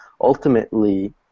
ultimately